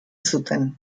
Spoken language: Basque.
zuten